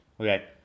Okay